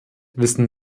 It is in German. wissen